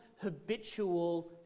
habitual